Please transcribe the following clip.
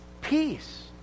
Peace